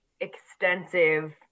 extensive